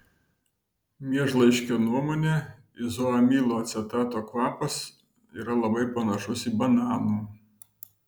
miežlaiškio nuomone izoamilo acetato kvapas yra labai panašus į bananų